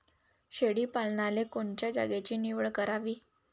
शेळी पालनाले कोनच्या जागेची निवड करावी?